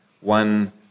one